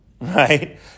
right